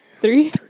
Three